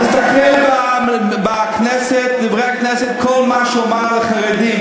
תסתכל ב"דברי הכנסת", כל מה שהוא אמר על החרדים.